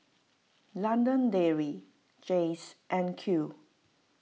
London Dairy Jays and Qoo